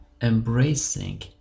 embracing